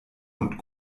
und